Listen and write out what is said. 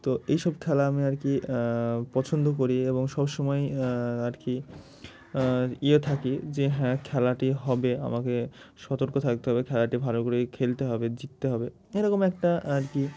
তো এই সব খেলা আমি আর কি পছন্দ করি এবং সবসময়ই আর কি ইয়ে থাকি যে হ্যাঁ খেলাটি হবে আমাকে সতর্ক থাকতে হবে খেলাটি ভালো করেই খেলতে হবে জিততে হবে এরকম একটা আর কি